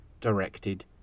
directed